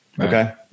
Okay